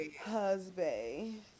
husband